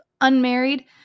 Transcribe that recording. unmarried